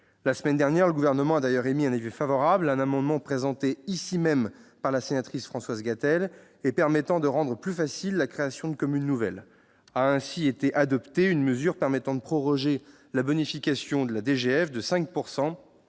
La semaine dernière, le Gouvernement a d'ailleurs émis un avis favorable sur un amendement présenté ici même par la sénatrice Françoise Gatel et tendant à faciliter la création de communes nouvelles. A ainsi été adoptée une mesure permettant de proroger la bonification de DGF de 5